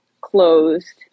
closed